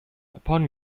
upon